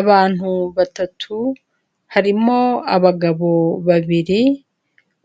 Abantu batatu harimo abagabo babiri,